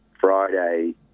Friday